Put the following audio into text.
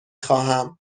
خواهم